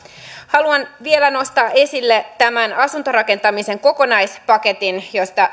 haluan vielä nostaa esille tämän asuntorakentamisen kokonaispaketin josta